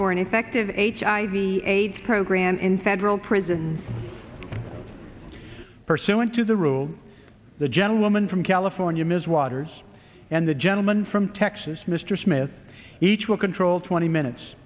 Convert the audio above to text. for an effective h i b aid program in federal prison pursuant to the rule the gentlewoman from california ms waters and the gentleman from texas mr smith each will control twenty minutes